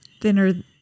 thinner